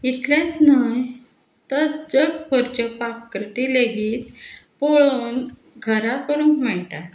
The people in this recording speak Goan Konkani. इतलेंच न्हय तर जगभरच्यो पाककृती लेगीत पळोवन घरा करूंक मेळटात